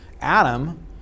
Adam